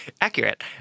Accurate